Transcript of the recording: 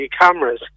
cameras